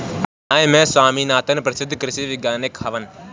M S Swaminathan प्रसिद्ध कृषि वैज्ञानिक हवन